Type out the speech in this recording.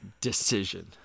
decision